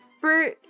Bert